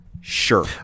Sure